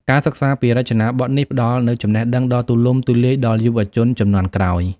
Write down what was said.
ការសិក្សាពីរចនាបថនេះផ្តល់នូវចំណេះដឹងដ៏ទូលំទូលាយដល់យុវជនជំនាន់ក្រោយ។